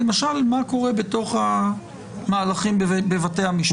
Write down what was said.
למשל מה קורה בתוך המהלכים בבתי המשפט.